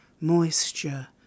moisture